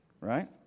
right